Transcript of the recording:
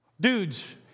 Dudes